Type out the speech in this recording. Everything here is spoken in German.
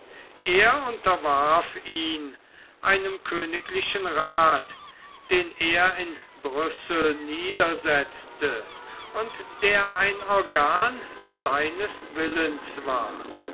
er unterwarf ihn einem königlichen rath den er in brüssel niedersetzte und der ein organ seines willens war